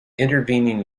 intervening